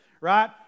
Right